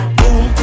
boom